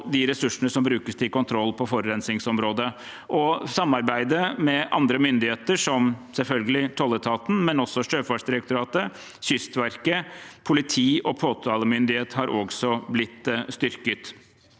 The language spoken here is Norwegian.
de ressursene som brukes til kontroll på forurensningsområdet. Samarbeidet med andre myndigheter – som selvfølgelig tolletaten, men også Sjøfartsdirektoratet, Kystverket, politi og påtalemyndighet – har også blitt styrket.